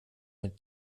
mit